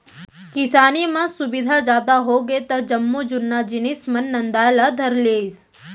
किसानी म सुबिधा जादा होगे त जम्मो जुन्ना जिनिस मन नंदाय ला धर लिस